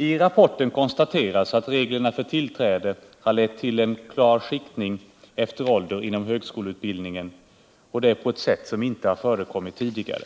I rapporten konstateras att reglerna för tillträde har lett till en klar skiktning efter ålder inom högskoleutbildningen på ett sätt som inte förekommit tidigare.